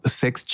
sex